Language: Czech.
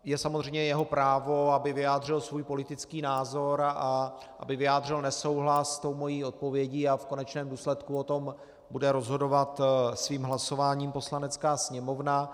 Je samozřejmě jeho právo, aby vyjádřil svůj politický názor a aby vyjádřil nesouhlas s mou odpovědí, a v konečném důsledku o tom bude rozhodovat svým hlasováním Poslanecká sněmovna.